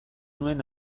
nuen